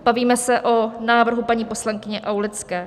Bavíme se o návrhu paní poslankyně Aulické.